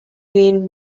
green